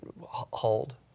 hold